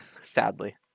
sadly